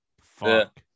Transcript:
Fuck